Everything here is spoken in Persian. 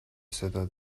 صدا